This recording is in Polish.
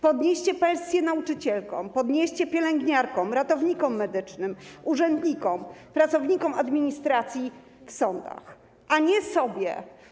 Podnieście pensje nauczycielkom, podnieście pielęgniarkom, ratownikom medycznym, urzędnikom, pracownikom administracji w sądach, a nie sobie.